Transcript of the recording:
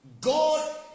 God